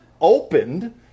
opened